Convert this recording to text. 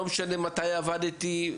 לא משנה מתי ובמה פשוט עבדתי.